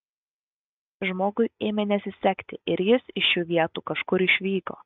žmogui ėmė nesisekti ir jis iš šių vietų kažkur išvyko